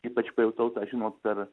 ypač pajutau tą žinot per